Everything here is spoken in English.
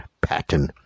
pattern